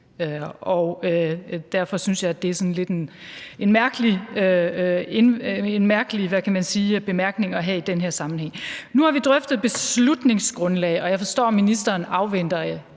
Derfor synes jeg, det er en sådan lidt mærkelig bemærkning at komme med i den her sammenhæng. Nu har vi drøftet beslutningsgrundlag, og jeg forstår, at ministeren afventer,